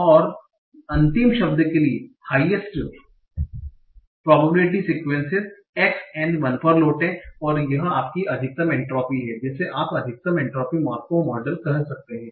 और अंतिम शब्द के लिए highest probability sequences x n 1 पर लौटें और यह आपकी अधिकतम एन्ट्रापी है जिसे आप अधिकतम एन्ट्रॉपी मार्कोव मॉडल कह सकते हैं